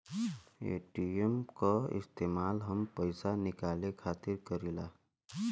ATM क इस्तेमाल हम पइसा निकाले खातिर करीला